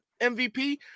MVP